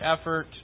effort